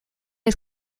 his